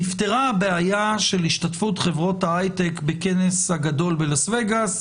נפתרה הבעיה של השתתפות חברות ההייטק בכנס הגדול בלאס וגאס.